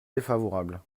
défavorable